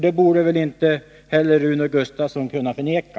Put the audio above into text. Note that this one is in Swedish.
Det borde Rune Gustavsson inte kunna förneka.